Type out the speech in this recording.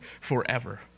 forever